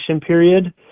period